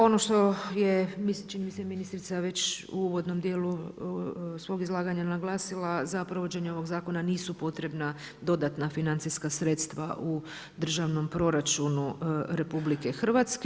Ono što je, čini mi se ministrica već u uvodnom djelu svog izlaganja naglasila, za provođenje ovog zakona nisu potrebna dodatna financijska sredstva u državnom proračunu RH.